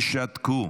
ושתקו.